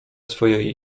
swojej